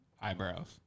Eyebrows